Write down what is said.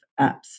apps